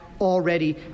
already